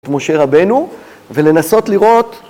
את משה רבנו ולנסות לראות